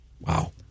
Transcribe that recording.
Wow